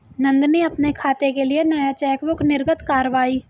नंदनी अपने खाते के लिए नया चेकबुक निर्गत कारवाई